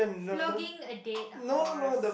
flogging a dead horse